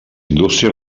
indústria